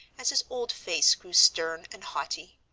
as his old face grew stern and haughty.